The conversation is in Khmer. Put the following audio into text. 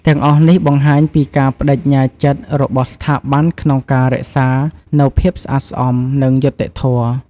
ទាំងអស់នេះបង្ហាញពីការប្តេជ្ញាចិត្តរបស់ស្ថាប័នក្នុងការរក្សានូវភាពស្អាតស្អំ និងយុត្តិធម៌។